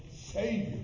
Savior